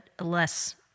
less